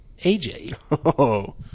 AJ